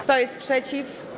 Kto jest przeciw?